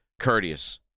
courteous